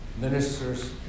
ministers